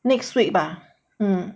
next week bah mm